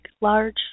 large